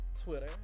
Twitter